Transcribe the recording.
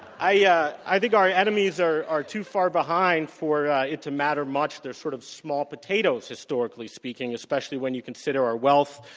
i yeah i think our enemies are too far behind for it to matter much. they're sort of small potatoes, historically speaking, especially when you consider our wealth,